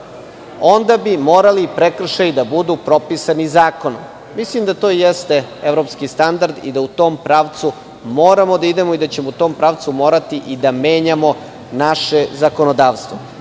onda bi morali prekršaji da budu propisani zakonom. Mislim da to jeste evropski standard i da u tom pravcu moramo da idemo i da ćemo u tom pravcu morati i da menjamo naše zakonodavstvo. Dakle,